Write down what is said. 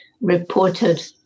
reported